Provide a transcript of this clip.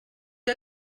que